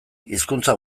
hizkuntza